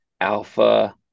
alpha